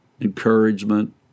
encouragement